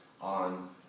on